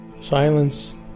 Silence